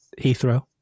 Heathrow